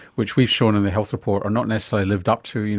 which we've shown in the health report are not necessarily lived up to you